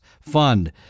fund